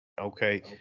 Okay